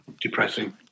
depressing